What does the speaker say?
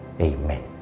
Amen